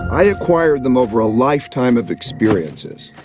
i acquired them over a lifetime of experiences.